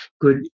good